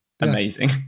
Amazing